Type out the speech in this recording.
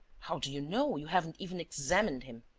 how do you know? you haven't even examined him.